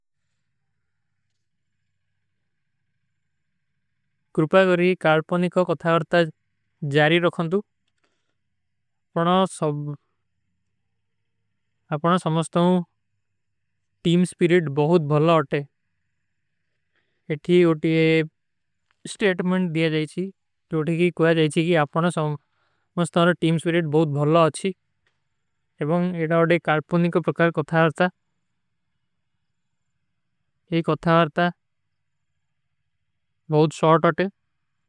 କୁରୁପା କରକୋନୀ କୋ ଇଂସାଦି ହୋଂସେ ମେରେ ଥାଓ ବହୁତ କଲା କିଯା ହୈ। ସନସ୍ଯ କେ ଲିଏ, ମେରେ ଥାଓ ଅପନେ କଟାଯଂକି ସେ ମସ୍ଥଵାଣେ କୋ ବହୁତ ହୈ। ଧିକ୍ଷିଣ ଖାମ ଗଯାକର କରକୋନୀ କେ ଲିଏ ମେରା ଅପନା ଥାଯଂକି ବହୁତ ଶୌର୍ଟ ହୋତେ ହୈଂ।